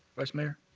vice mayor.